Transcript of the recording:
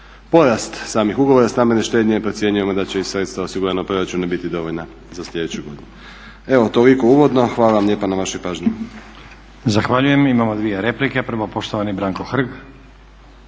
porast samih ugovora stambene štednje procjenjujemo da će i sredstva osigurana u proračunu biti dovoljna za sljedeću godinu. Evo toliko uvodno, hvala vam lijepa na vašoj pažnji.